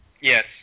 Yes